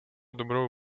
dobrou